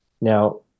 Now